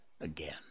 again